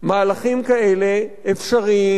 מהלכים כאלה אפשריים,